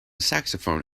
saxophone